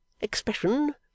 expression